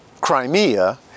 Crimea